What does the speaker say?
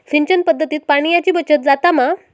सिंचन पध्दतीत पाणयाची बचत जाता मा?